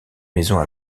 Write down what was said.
maisons